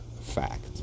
fact